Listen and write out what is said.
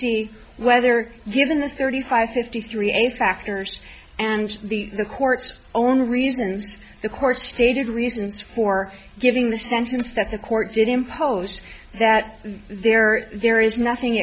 see whether given the thirty five fifty three a factors and the the court's own reasons the court's stated reasons for giving the sentence that the court did impose that there there is nothing